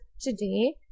to-day